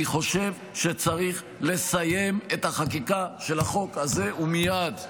אני חושב שצריך לסיים את החקיקה של החוק הזה ומייד,